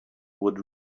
would